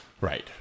Right